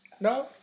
No